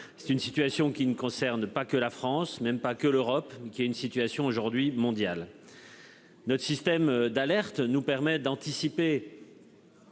c'est une situation qui ne concerne pas que la France n'aime pas que l'Europe qui est une situation aujourd'hui mondiale. Notre système d'alerte nous permet d'anticiper.--